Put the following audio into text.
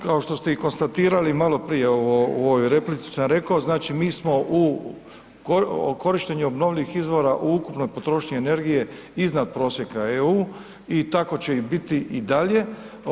Kao što ste i konstatirali maloprije u ovoj replici sam rekao, znači mi smo u, o korištenju obnovljivih izvora u ukupnoj potrošnji energije iznad prosjeka EU i tako će i biti i dalje.